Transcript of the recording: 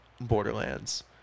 Borderlands